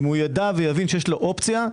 אם יידע ויבין שיש לו אופציה,